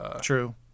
True